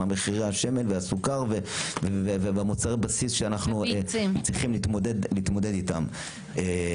השמן והסוכר ומוצרי הבסיסי שאנחנו צריכים להתמודד איתם.